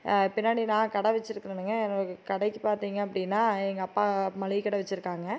பின்னாடி நான் கடை வச்சுருக்குறனுங்க என்னோட கடைக்கு பார்த்திங்க அப்படின்னா எங்கள் அப்பா மல்லிகை கடை வச்சுருக்காங்க